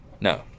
No